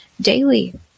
daily